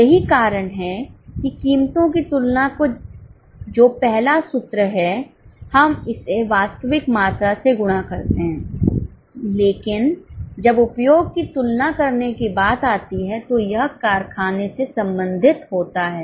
यही कारण है कि कीमतों की तुलना का जो पहला सूत्र है हम इसे वास्तविक मात्रा से गुणा करते हैं लेकिन जब उपयोग की तुलना करने की बात आती है तो यह कारखाने से संबंधित होता है